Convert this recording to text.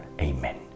amen